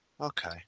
Okay